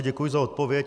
Děkuji za odpověď.